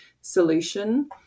solution